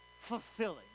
fulfilling